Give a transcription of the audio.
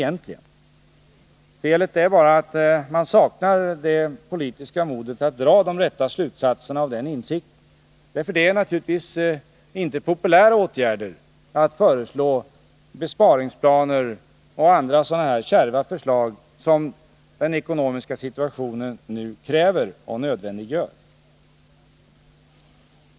Felet är bara att man saknar det politiska modet att dra de rätta slutsatserna av den insikten. Det är naturligtvis inte populärt att föreslå besparingsplaner och andra kärva förslag som den ekonomiska situationen nu kräver och nödvändiggör.